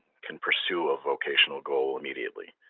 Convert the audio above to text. can pursue a vocational goal immediately.